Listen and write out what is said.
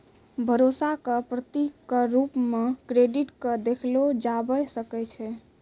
भरोसा क प्रतीक क रूप म क्रेडिट क देखलो जाबअ सकै छै